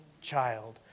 child